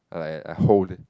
like a a hold